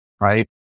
right